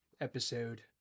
episode